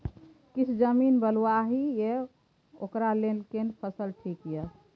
किछ जमीन बलुआही ये ओकरा लेल केना फसल ठीक ये?